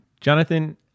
Jonathan